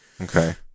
Okay